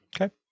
Okay